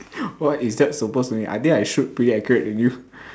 what is that supposed to mean I think I shoot pretty accurate than you